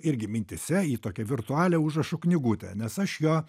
irgi mintyse į tokią virtualią užrašų knygutę nes aš jo